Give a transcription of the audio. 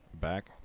back